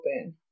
open